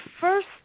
first